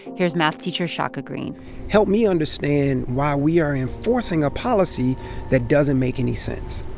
here's math teacher shaka greene help me understand why we are enforcing a policy that doesn't make any sense.